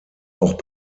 auch